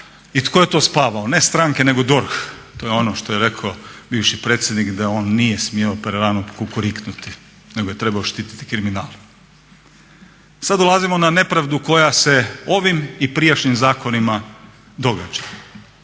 i tko je to spavao? Ne stranke nego DORH. To je ono što je rekao bivši predsjednik da on nije smio prerano kukuriknuti, nego je trebao štiti kriminal. Sad dolazimo na nepravdu koja se ovim i prijašnjim zakonima događa.